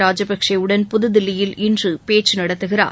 ராஜபக்சேவுடன் புதுதில்லியில் இன்று பேச்சு நடத்துகிறார்